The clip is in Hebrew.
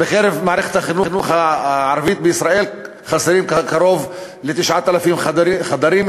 במערכת החינוך הערבית בישראל חסרים קרוב ל-9,000 חדרים,